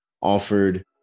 offered